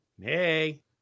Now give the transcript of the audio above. Hey